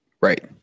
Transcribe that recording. Right